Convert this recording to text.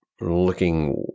looking